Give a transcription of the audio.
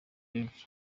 rev